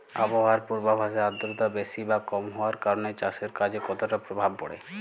আবহাওয়ার পূর্বাভাসে আর্দ্রতা বেশি বা কম হওয়ার কারণে চাষের কাজে কতটা প্রভাব পড়ে?